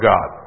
God